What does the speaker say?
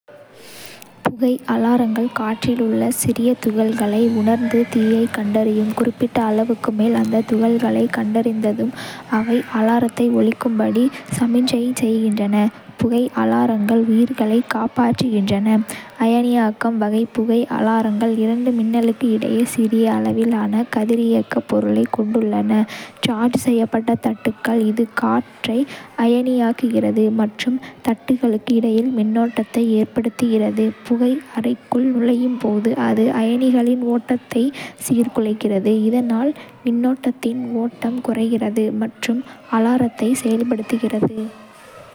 புகை அலாரங்கள் காற்றில் உள்ள சிறிய துகள்களை உணர்ந்து தீயை கண்டறியும். குறிப்பிட்ட அளவுக்கு மேல் அந்தத் துகள்களைக் கண்டறிந்ததும், அவை அலாரத்தை ஒலிக்கும்படி சமிக்ஞை செய்கின்றன. புகை அலாரங்கள் உயிர்களைக் காப்பாற்றுகின்றன. அயனியாக்கம்-வகை புகை அலாரங்கள் இரண்டு மின்னலுக்கு இடையே சிறிய அளவிலான கதிரியக்கப் பொருளைக் கொண்டுள்ளன. சார்ஜ் செய்யப்பட்ட தட்டுகள், இது காற்றை அயனியாக்குகிறது மற்றும் தட்டுகளுக்கு இடையில் மின்னோட்டத்தை ஏற்படுத்துகிறது. புகை அறைக்குள் நுழையும் போது, ​​அது அயனிகளின் ஓட்டத்தை சீர்குலைக்கிறது, இதனால் மின்னோட்டத்தின் ஓட்டம் குறைகிறது மற்றும் அலாரத்தை செயல்படுத்துகிறது.